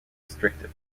restrictive